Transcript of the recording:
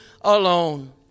alone